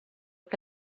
che